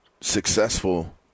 successful